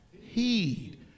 Heed